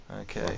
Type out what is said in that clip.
Okay